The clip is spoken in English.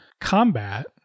combat